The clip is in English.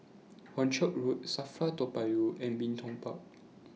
Hornchurch Road SAFRA Toa Payoh and Bin Tong Park